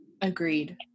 Agreed